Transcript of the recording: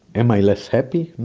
am i less happy? no.